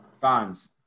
fans